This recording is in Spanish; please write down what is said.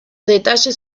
detalles